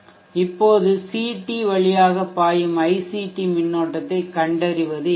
இப்போது CT வழியாக பாயும் Ict மின்னோட்டத்தைக் கண்டறிவது எளிது